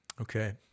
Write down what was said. Okay